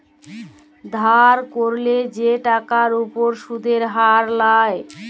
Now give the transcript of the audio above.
ধার ক্যইরলে যে টাকার উপর সুদের হার লায়